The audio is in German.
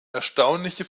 erstaunliche